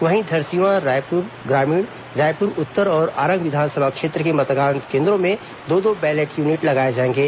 वहीं धरसींवा रायपुर ग्रामीण रायपुर उत्तर और आरंग विधानसभा क्षेत्र के मतदान केंद्रों में दो दो बैलेट यूनिट लगाए जाएंगे